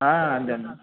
అంతే అండి